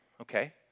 okay